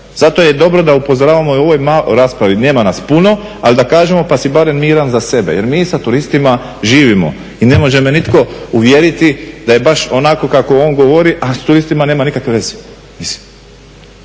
Zato je dobro da upozoravamo i u ovoj raspravi, nema nas puno ali da kažemo pa si barem miran za sebe. Jer mi sa turistima živimo i ne može me nitko uvjeriti da je baš onako kako on govori a s turistima nema nikakve veze.